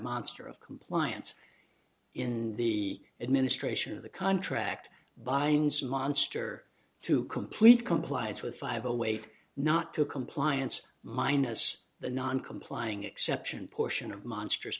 monster of compliance in the administration of the contract binds monster to complete compliance with five await not two compliance minus the non complying exception portion of monst